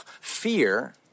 fear